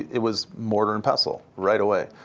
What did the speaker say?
it was mortar and pestle right away.